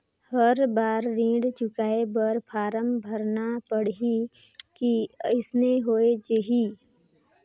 हर बार ऋण चुकाय बर फारम भरना पड़ही की अइसने हो जहीं?